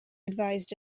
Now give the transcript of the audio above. advised